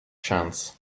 chance